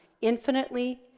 infinitely